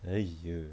!aiya!